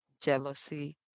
jealousy